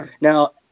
Now